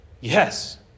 yes